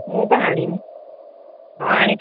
ମୁଁ ବା ଆଣିନି ହଁ ଆଣି ଥାଅ